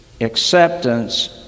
acceptance